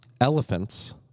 Elephants